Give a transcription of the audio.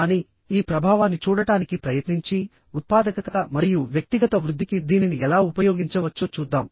కానీ ఈ ప్రభావాన్ని చూడటానికి ప్రయత్నించిఉత్పాదకత మరియు వ్యక్తిగత వృద్ధికి దీనిని ఎలా ఉపయోగించవచ్చో చూద్దాం